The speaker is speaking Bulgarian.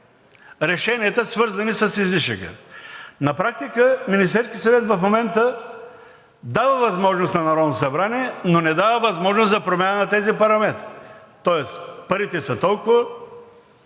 решенията, свързани с излишъка. На практика Министерският съвет в момента дава възможност на Народното събрание, но не дава възможност за промяна на тези параметри, тоест парите са толкова